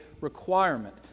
requirement